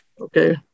Okay